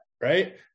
Right